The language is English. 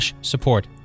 support